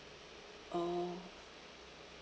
oh